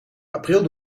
april